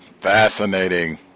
Fascinating